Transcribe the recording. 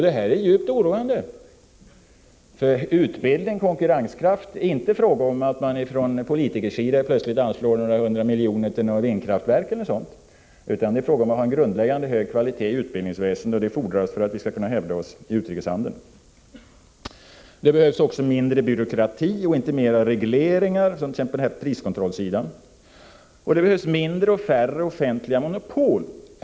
Detta är djupt oroande, för när det gäller utbildning och konkurrenskraft är det inte fråga om att man från politikersidan plötsligt anslår några 100 miljoner till forskning om vindkraftverk e. d., utan det är fråga om att ha en grundläggande hög kvalitet i utbildningsväsendet. Det fordras för att vi över huvud taget skall kunna hävda oss i utrikeshandeln. Vidare behövs mindre byråkrati och inte mera regleringar, som t.ex. när det gäller priskontrollsidan. Det behövs mindre och färre offentliga monopol.